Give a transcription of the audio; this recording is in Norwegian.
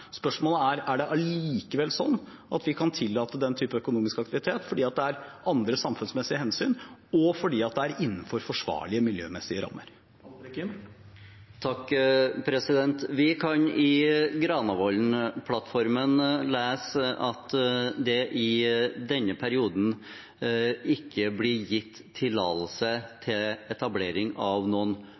Spørsmålet er om vi allikevel kan tillate den typen økonomisk aktivitet av andre samfunnsmessige hensyn og fordi det er innenfor forsvarlige miljømessige rammer. Vi kan i Granavolden-plattformen lese at det i denne perioden ikke blir gitt tillatelse til etablering av